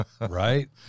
right